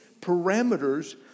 parameters